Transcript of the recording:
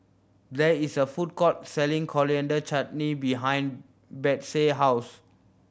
there is a food court selling Coriander Chutney behind Betsey house